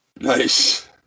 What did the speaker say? Nice